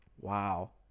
Wow